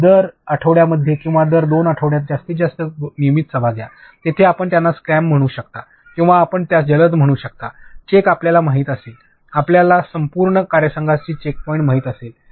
तर दर आठवड्याप्रमाणे किंवा दर २ आठवड्यात जास्तीत जास्त नियमित सभा घ्या जिथे आपण त्याला स्क्रॅम म्हणू शकता किंवा आपण त्यास जलद म्हणू शकता चेक आपल्याला माहित असेल आपल्या संपूर्ण कार्यसंघासाठी चेक पॉईंट माहित असेल